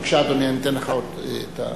בבקשה, אדוני, אתן לך את הזמן.